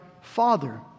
Father